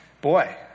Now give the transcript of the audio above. boy